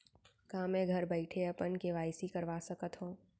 का मैं घर बइठे अपन के.वाई.सी करवा सकत हव?